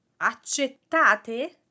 Accettate